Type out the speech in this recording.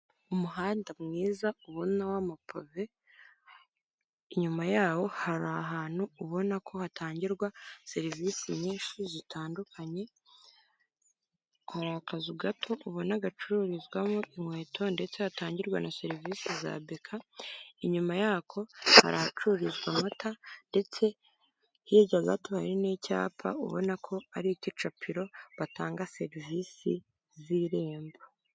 Umuhanda mwiza ubona wa mapove inyuma yaho hari ahantu ubona ko hatangirwa serivisi nyinshi zitandukanye hari akazu gato ubona gacururizwamo inkweto ndetse hatangirwa na serivisi za beka, inyuma yako hahacururizwa amata. Ndetse hirya gato hari n'icyapa ubona ko ari icyicapiro batanga serivisi z'irembo.